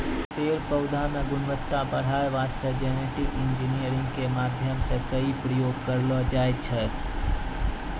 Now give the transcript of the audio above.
पेड़ पौधा मॅ गुणवत्ता बढ़ाय वास्तॅ जेनेटिक इंजीनियरिंग के माध्यम सॅ कई प्रयोग करलो जाय छै